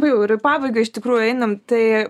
nu jau ir į pabaigą iš tikrųjų einam tai